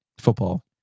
football